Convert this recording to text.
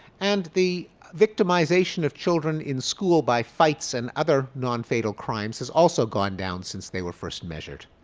and the victimization of children in school by fights and other nonfatal crimes has also gone down since they were first measured.